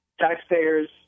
taxpayers